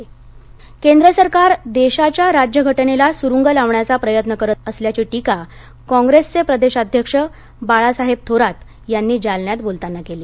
थोरात केंद्र सरकार देशाच्या राज्यघटनेला सुरुंग लावण्याचा प्रयत्न करत असल्याची टीका काँप्रेसचे प्रदेशाध्यक्ष बाळासाहेब थोरात यांनी जालन्यात बोलताना केली